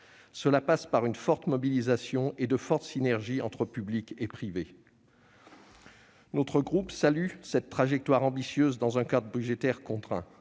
Cela passe par une importante mobilisation et de fortes synergies entre public et privé. Notre groupe salue cette trajectoire ambitieuse, dans un cadre budgétaire contraint.